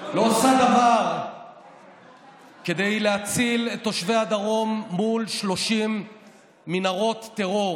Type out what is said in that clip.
לא עושה דבר כדי להציל את תושבי הדרום מול 30 מנהרות טרור,